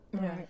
Right